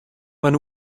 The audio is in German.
meine